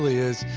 is.